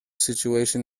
situation